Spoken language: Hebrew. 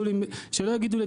שלא יגידו לי,